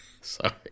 sorry